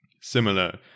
similar